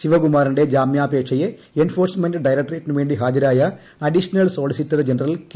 ശിവകുമാറിന്റെ ജാമൃാപേക്ഷയെ എൻഫോഴ്സ്മെന്റ് ഡയറക്ടറേറ്റിനുവേണ്ടി ഹാജരായ അഡിഷണൽ സ്യോളീസ്രിറ്റിർ ജനറൽ കെ